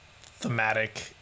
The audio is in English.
thematic